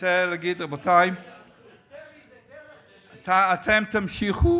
ודרע"י זה דרך רשעים, אתם תמשיכו